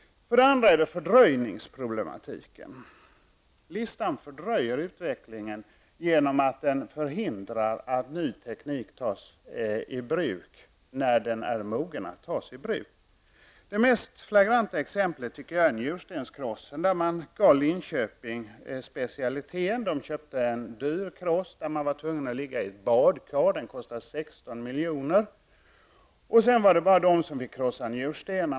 För det andra är det fördröjningsproblematiken. Listan fördröjer utvecklingen genom att den förhindrar att ny teknik tas i bruk när den är mogen att tas i bruk. Det mest flagranta exemplet tycker jag är njurstenskrossen. Den specialiteten gavs till Linköping, som köpte en dyr kross, där patienten var tvungen att ligga i ett badkar. Den kostade 16 miljoner, och sedan var det bara Linköping som fick krossa njursten.